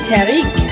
Tariq